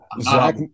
Zach